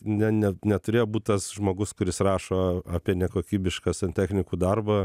ne ne neturėjo būt tas žmogus kuris rašo apie nekokybišką santechnikų darbą